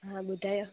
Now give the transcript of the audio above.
हा ॿुधायो